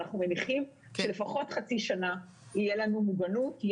אנחנו מניחים שלפחות חצי שנה תהיה לנו מוגנות.